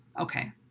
Okay